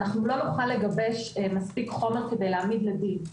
לא נוכל לגבש מספיק חומר כדי להעמיד לדין.